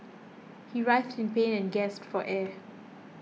he writhed in pain and gasped for air